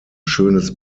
schönes